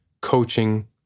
coaching